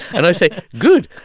and i say, good,